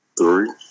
Three